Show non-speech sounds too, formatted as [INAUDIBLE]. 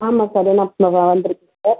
ஆமாம் sir [UNINTELLIGIBLE] sir